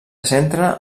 centra